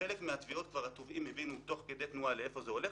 ובחלק מהתביעות התובעים כבר הבינו תוך כדי תנועה לאיפה זה הולך,